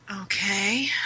Okay